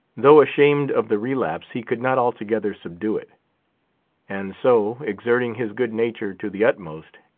though ashamed of the relapse, he could not altogether subdue it and so, exerting his good-nature to the utmost,